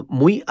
muy